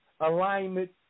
Alignment